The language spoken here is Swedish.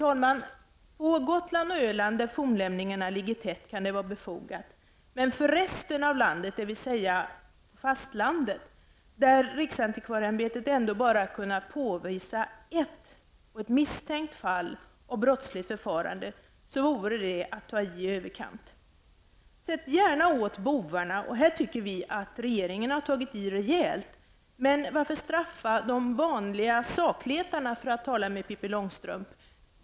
På Gotland och Öland där fornlämningarna ligger tätt kan det vara befogat, men för resten av landet, dvs. fastlandet, där riksantikvarieämbetet ändå bara kunnat påvisa ett misstänkt fall av brottsligt förfarande, vore det att ta i i överkant. Sätt gärna åt bovarna -- och här tycker vi att regeringen har tagit i rejält -- men varför straffa de vanliga sakletarna, för att tala med Pippi Långstrump?